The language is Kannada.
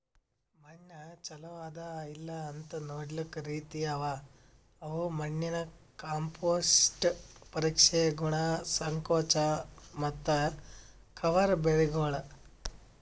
ಮಣ್ಣ ಚಲೋ ಅದಾ ಇಲ್ಲಾಅಂತ್ ನೊಡ್ಲುಕ್ ರೀತಿ ಅವಾ ಅವು ಮಣ್ಣಿನ ಕಾಂಪೋಸ್ಟ್, ಪರೀಕ್ಷೆ, ಗುಣ, ಸಂಕೋಚ ಮತ್ತ ಕವರ್ ಬೆಳಿಗೊಳ್